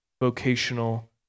vocational